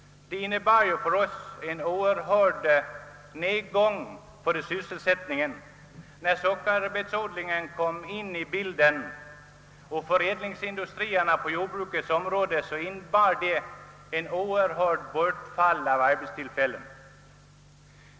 Dessa propåer innebar för oss en oerhörd nedgång i sysselsättningen. När sockerbetsodlingen och förädlingsindustrierna på jordbrukets område kom in i bilden, innebar det ett stort bortfall av arbetstillfällen.